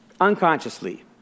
unconsciously